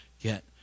get